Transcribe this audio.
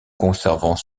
conservant